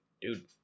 dude